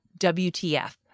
WTF